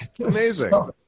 Amazing